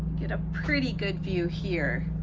get a pretty good view here.